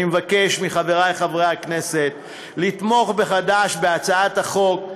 אני מבקש מחברי חברי הכנסת לתמוך מחדש בהצעת החוק,